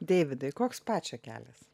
deividai koks pačio kelias